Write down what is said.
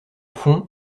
fond